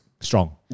strong